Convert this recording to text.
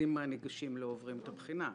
מהניגשים לא עוברים את הבחינה.